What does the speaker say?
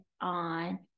on